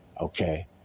Okay